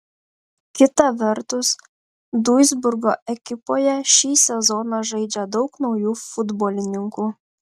kita vertus duisburgo ekipoje šį sezoną žaidžia daug naujų futbolininkų